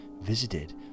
visited